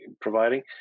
providing